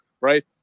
right